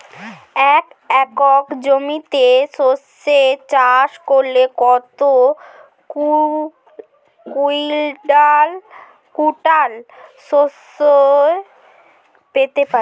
এক একর জমিতে সর্ষে চাষ করলে কত কুইন্টাল সরষে পেতে পারি?